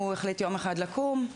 הוא החליט יום אחד לקום ולהגיד: